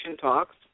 talks